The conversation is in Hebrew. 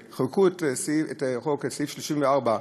שחוקקו את סעיף 34 לחוק,